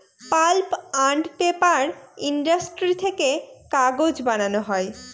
pulp and paper industry থেকে কাগজ বানানো হয়